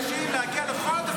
של הנשים להגיע לכל התפקידים בצה"ל.